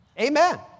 Amen